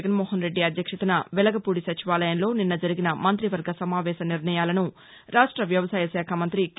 జగన్మోహన్రెడ్డి అధ్యక్షతన వెలగపూడి సచివాలయంలో నిన్న జరిగిన మంత్రివర్గ సమావేశ నిర్ణయాలను రాష్ట్ర వ్యవసాయశాఖ మంతి కె